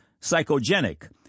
psychogenic